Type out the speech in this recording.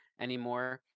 anymore